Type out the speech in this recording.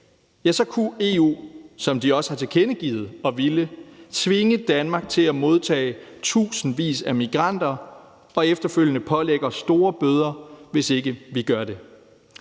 have, så kunne EU, som de også har tilkendegivet at ville, tvinge Danmark til at modtage tusindvis af migranter og efterfølgende pålægge os store bøder, hvis ikke vi gør det.